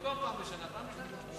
במקום פעם בשנה, פעם בשנתיים.